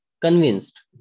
Convinced